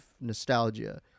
nostalgia